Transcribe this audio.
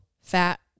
fat